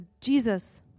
Jesus